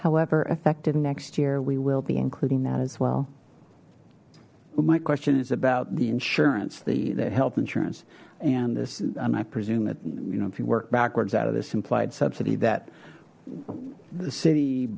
however effective next year we will be including that as well my question is about the insurance the the health insurance and this and i presume that you know if you work backwards out of this implied subsidy that the city